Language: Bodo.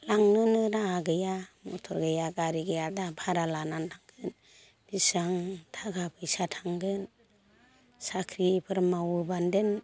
लांनोनो राहा गैया मथर गैया गारि गैया दा भारा लानानै थांगोन बेसां थाखा फैसा थांगोन साख्रिफोर मावोबानदेन